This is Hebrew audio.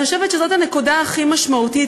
אני חושבת שזאת הנקודה הכי משמעותית,